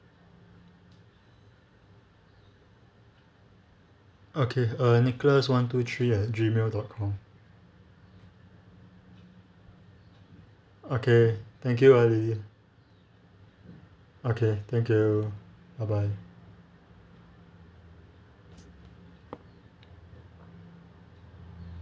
okay err nicholas one two three at gmail dot com okay thank you ah lily okay thank you bye bye